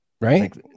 right